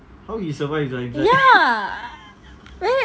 ya